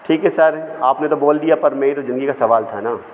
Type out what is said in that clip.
ठीक है सर आपने तो बोल दिया पर मेरी तो ज़िंदगी का सवाल था ना